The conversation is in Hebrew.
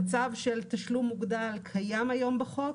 המצב של תשלום מוגדל קיים היום בחוק,